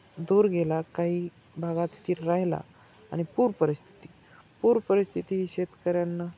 दूर गेला काही भागात स्थिर राहिला आणि पूर परिस्थिती पूर परिस्थिती शेतकऱ्यांना